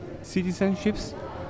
citizenships